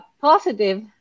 positive